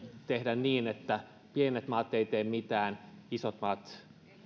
tehdä niin että pienet maat eivät tee mitään isot maat